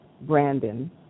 Brandon